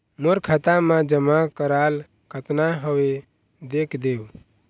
मोर खाता मा जमा कराल कतना हवे देख देव?